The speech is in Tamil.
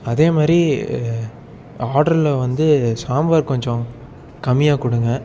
அதேமாதிரி ஆட்ருல் வந்து சாம்பார் கொஞ்சம் கம்மியாக கொடுங்க